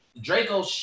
Draco